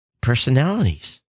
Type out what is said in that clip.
personalities